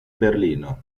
berlino